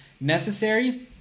Necessary